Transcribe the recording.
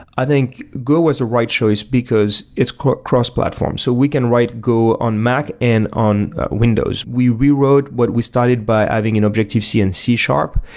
i think go was the right choice, because it's cross-platform. so we can write go on mac and on windows we rewrote what we started by having an objective c and c sharp,